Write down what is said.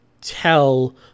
tell